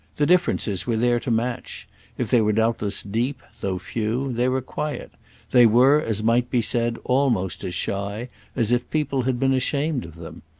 the differences were there to match if they were doubtless deep, though few, they were quiet they were, as might be said, almost as shy as if people had been ashamed of them.